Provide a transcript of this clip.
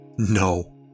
No